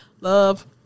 Love